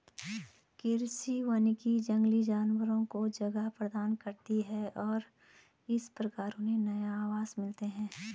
कृषि वानिकी जंगली जानवरों को जगह प्रदान करती है और इस प्रकार उन्हें नए आवास मिलते हैं